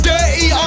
Dirty